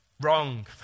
Wrong